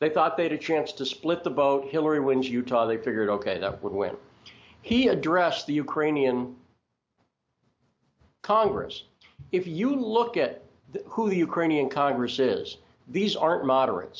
they thought they had a chance to split the vote hillary wins utah they figured ok that when he addressed the ukrainian congress if you look at who the ukrainian congress is these aren't moderate